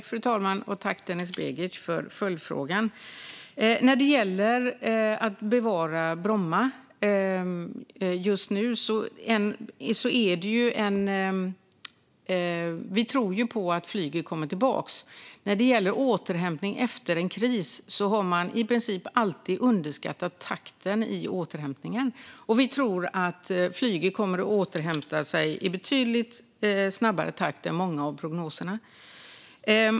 Fru talman! Tack för följdfrågan, Denis Begic! Jag tar först frågan om att bevara Bromma. Vi tror ju på att flyget kommer tillbaka. När det gäller återhämtning efter kriser har man i princip alltid underskattat takten i återhämtningen. Vi tror att flyget kommer att återhämta sig i betydligt snabbare takt än vad många av prognoserna säger.